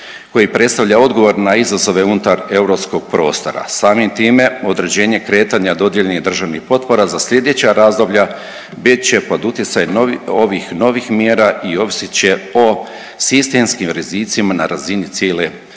koji predstavlja odgovor na izazove unutar europskog prostora. Samim time određenje kretanja dodijeljenih državnih potpora za sljedeća razdoblja bit će pod utjecajem ovih novih mjera i ovisit će o sistemskim rizicima na razini cijele